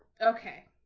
Okay